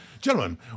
Gentlemen